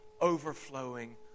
overflowing